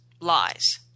lies